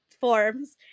forms